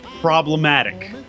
problematic